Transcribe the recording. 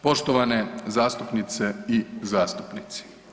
Poštovane zastupnice i zastupnici.